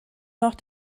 noch